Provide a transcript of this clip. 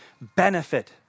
benefit